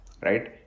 right